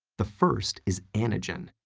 the first is anagen,